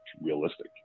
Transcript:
realistic